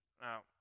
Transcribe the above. Now